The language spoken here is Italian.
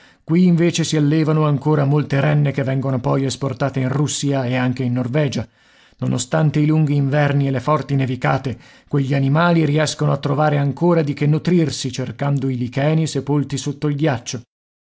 qui invece si allevano ancora molte renne che vengono poi esportate in russia e anche in norvegia nonostante i lunghi inverni e le forti nevicate quegli animali riescono a trovare ancora di che nutrirsi cercando i licheni sepolti sotto il ghiaccio